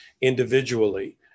individually